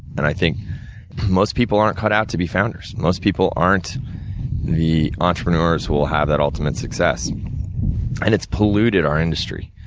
and, i think most people aren't cut out to be founders. most people aren't the entrepreneurs who will have that ultimate success and, it's polluted our industry.